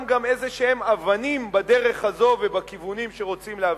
גם איזה אבנים בדרך הזו ובכיוונים שרוצים להביא.